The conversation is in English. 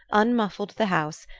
unmuffled the house,